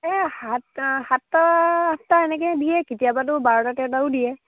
এই সাতটা সাতটা আঠটা এনেকে দিয়ে কেতিয়াবাতো বাৰটা তেৰটাও দিয়ে